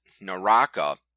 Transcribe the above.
Naraka